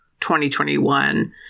2021